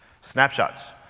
Snapshots